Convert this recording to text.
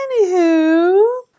Anywho